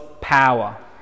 power